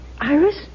Iris